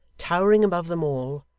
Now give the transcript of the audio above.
towering above them all,